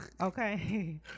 Okay